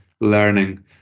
learning